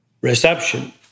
reception